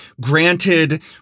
granted